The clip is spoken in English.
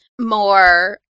more